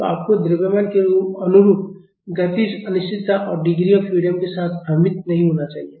तो आपको द्रव्यमान के अनुरूप गतिज अनिश्चितता और डिग्री ऑफ फ्रीडम के साथ भ्रमित नहीं होना चाहिए